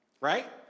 Right